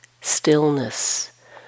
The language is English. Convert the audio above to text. stillness